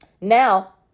Now